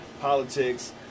politics